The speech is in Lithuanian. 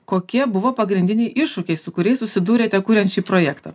kokie buvo pagrindiniai iššūkiai su kuriais susidūrėte kuriant šį projektą